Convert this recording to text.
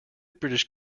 british